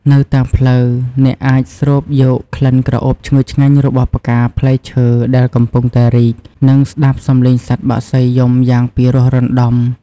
នៅតាមផ្លូវ អ្នកអាចស្រូបយកក្លិនក្រអូបឈ្ងុយឆ្ងាញ់របស់ផ្កាផ្លែឈើដែលកំពុងតែរីក និងស្តាប់សម្លេងសត្វបក្សីយំយ៉ាងពិរោះរណ្តំ។